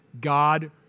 God